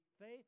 faith